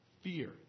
Fear